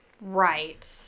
Right